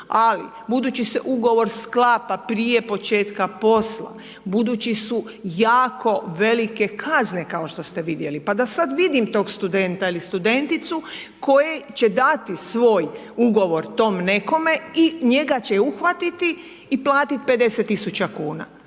ali budući se ugovor sklapa prije početka posla, budući su jako velike kazne kao što ste vidjeli pa sad vidim tog studenta ili studenticu koje će dati svoj ugovor tom nekome i njega će uhvatiti i platit 50.000 kuna,